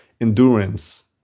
endurance